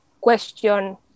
question